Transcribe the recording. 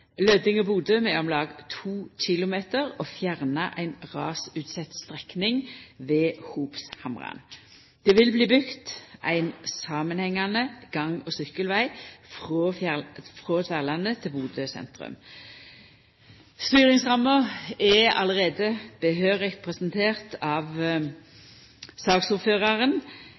og Bodø med om lag 2 km og fjerna ei rasutsett strekning ved Hopshamran. Det vil bli bygd ein samanhengande gang- og sykkelveg frå Tverlandet til Bodø sentrum. Styringsramma er allereie grundig presentert av saksordføraren.